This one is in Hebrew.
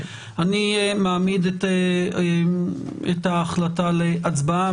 אני מעמיד את ההחלטה להצבעה.